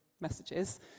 messages